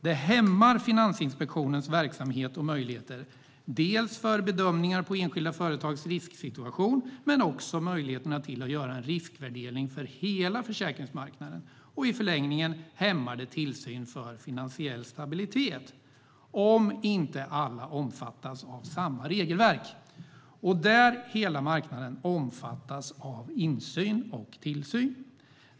Det hämmar Finansinspektionens verksamhet och möjligheter dels för bedömningar av enskilda företags risksituation, dels möjligheterna att göra en riskvärdering för hela försäkringsmarknaden, vilket i förlängningen hämmar tillsyn för finansiell stabilitet om inte alla omfattas av samma regelverk. Hela marknaden måste omfattas av insyn och tillsyn.